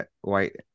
white